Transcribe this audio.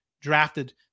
drafted